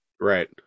Right